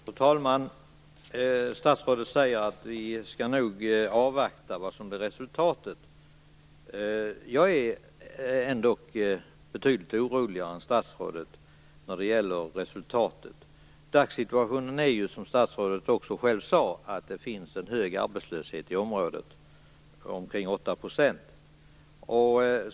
Fru talman! Statsrådet säger att vi nog skall avvakta vad som blir resultatet. Jag är betydligt oroligare än statsrådet när det gäller resultatet. Dagssituationen är ju, som statsrådet själv sade, att det finns en hög arbetslöshet i området - omkring 8 %.